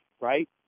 Right